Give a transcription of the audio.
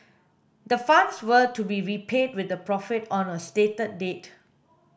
the funds were to be repaid with a profit on a stated date